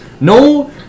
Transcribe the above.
No